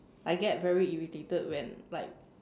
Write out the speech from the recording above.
I get very irritated when like